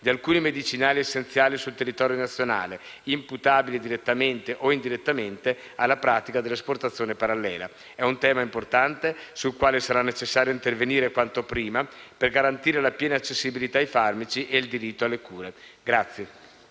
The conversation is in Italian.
di alcuni medicinali essenziali sul territorio nazionale imputabili, direttamente o indirettamente alla pratica dell'esportazione parallela. È un tema importante, sul quale sarà necessario intervenire quanto prima per garantire la piena accessibilità ai farmaci e il diritto alle cure.